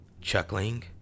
chuckling